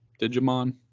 Digimon